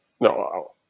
no